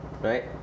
right